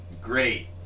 great